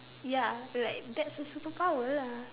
ya like that's a superpower lah